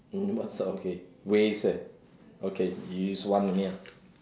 mm what so sort okay ways that okay you use one only lah